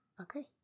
Okay